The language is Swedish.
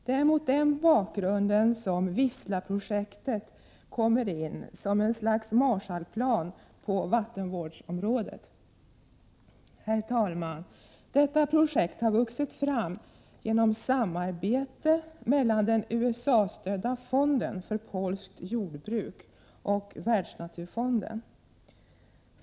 Det är mot den bakgrunden som Wisla-projektet kommer in som ett slags Marshallplan på vattenvårdsområdet. Herr talman! Detta projekt har vuxit fram genom samarbete mellan den USA-stödda fonden för polskt jordbruk och Världsnaturfonden.